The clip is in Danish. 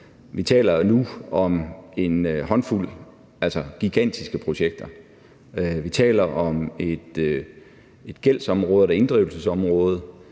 vi taler jo nu om en håndfuld gigantiske projekter, vi taler om et gældsområde eller et inddrivelsesområde,